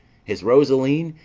is rosaline,